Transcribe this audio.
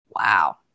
Wow